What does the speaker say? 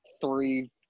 three